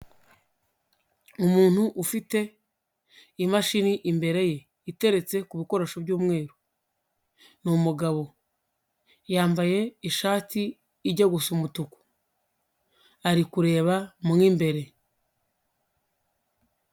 Umuntu ufite imashini imbere ye, iteretse ku bikoresho by'umweru, ni umugabo, yambaye ishati ijya gusa umutuku, ari kureba mo imbere.